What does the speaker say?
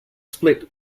split